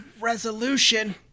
resolution